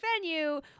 venue